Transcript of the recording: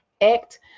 act